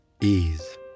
Ease